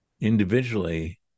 individually